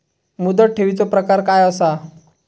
मुदत ठेवीचो प्रकार काय असा?